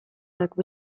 jakby